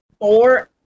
four